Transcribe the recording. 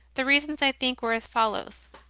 the reasons, i think, were as follows.